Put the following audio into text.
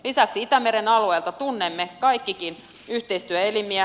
lisäksi itämeren alueelta tunnemme kaikkikin yhteistyöelimiä